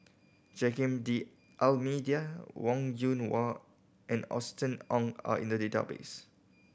Joaquim D'Almeida Wong Yoon Wah and Austen Ong are in the database